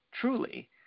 truly –